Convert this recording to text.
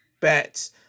bats